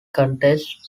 contests